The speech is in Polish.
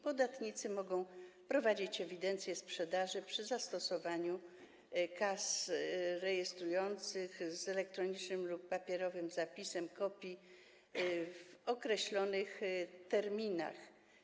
Podatnicy mogą prowadzić ewidencję sprzedaży przy zastosowaniu kas rejestrujących z elektronicznym lub papierowym zapisem kopii w określonych terminach.